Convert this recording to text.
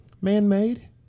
man-made